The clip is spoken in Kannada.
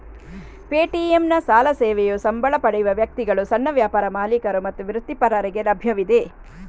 ಪೇಟಿಎಂನ ಸಾಲ ಸೇವೆಯು ಸಂಬಳ ಪಡೆಯುವ ವ್ಯಕ್ತಿಗಳು, ಸಣ್ಣ ವ್ಯಾಪಾರ ಮಾಲೀಕರು ಮತ್ತು ವೃತ್ತಿಪರರಿಗೆ ಲಭ್ಯವಿದೆ